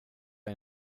jag